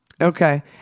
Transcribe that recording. Okay